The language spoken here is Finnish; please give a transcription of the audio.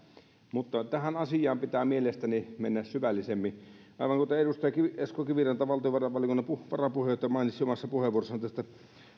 mutta tähän asiaan pitää mielestäni mennä syvällisemmin aivan kuten edustaja esko kiviranta valtiovarainvaliokunnan varapuheenjohtaja mainitsi omassa puheenvuorossaan tästä